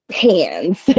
hands